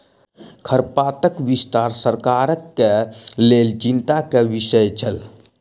खरपातक विस्तार सरकारक लेल चिंता के विषय छल